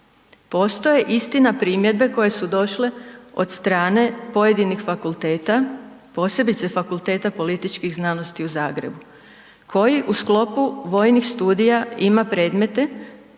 Postoje istina primjedbe koje su došle od strane pojedinih fakulteta, posebice Fakulteta političkih znanosti u Zagrebu koji u sklopu vojnih studija ima predmete